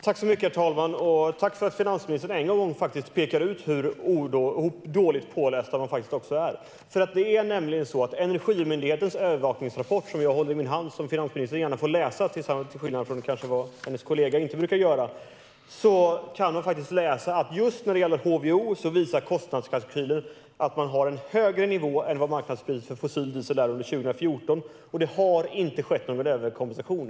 Herr talman! Tack för att finansministern än en gång pekar ut hur dåligt pålästa ni är! Det är nämligen så att i Energimyndighetens övervakningsrapport, som jag håller i min hand och som finansministern gärna får läsa, till skillnad från vad hennes kollega brukar göra, kan man faktiskt läsa att just när det gäller HVO visar kostnadskalkyler att man har en högre nivå än vad marknadspriset för fossil diesel är under 2014. Det har inte skett någon överkompensation.